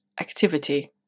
activity